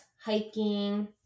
hiking